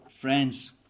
friends